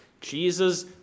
Jesus